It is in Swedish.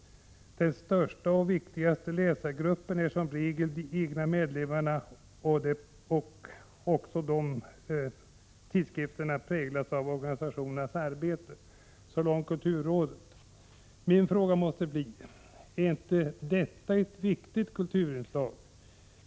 Den största och viktigaste läsargruppen är som regel de egna medlemmarna. Innehållet präglas av organisationens arbete, ——-.” Så långt kulturrådet. Min fråga måste bli: Är inte detta ett viktigt kulturinslag?